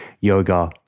Yoga